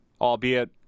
albeit